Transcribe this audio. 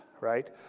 right